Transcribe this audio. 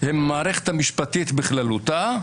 הם המערכת המשפטית בכללותה,